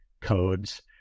codes